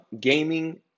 gaming